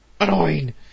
annoying